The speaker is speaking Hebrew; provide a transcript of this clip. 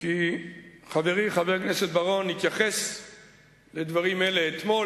כי חברי חבר הכנסת בר-און התייחס לדברים אלה אתמול,